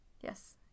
yes